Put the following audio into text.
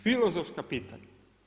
Filozofska pitanja.